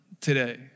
today